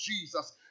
Jesus